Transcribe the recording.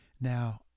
now